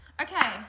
Okay